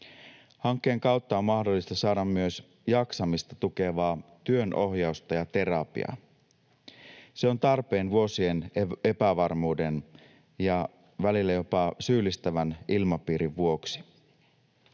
Hankkeen kautta on mahdollista saada myös jaksamista tukevaa työnohjausta ja terapiaa. Se on tarpeen vuosien epävarmuuden ja välillä jopa syyllistävän ilmapiirin vuoksi.